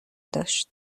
داشت